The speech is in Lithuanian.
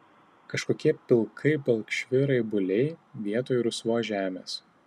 kažkokie pilkai balkšvi raibuliai vietoj rusvos žemės